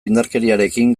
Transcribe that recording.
indarkeriarekin